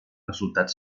resultat